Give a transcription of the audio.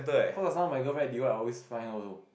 cause last time my girlfriend divide I always find her also